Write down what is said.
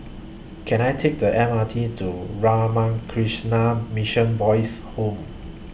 Can I Take The M R T to Ramakrishna Mission Boys' Home